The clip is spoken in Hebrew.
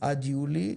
עד יולי.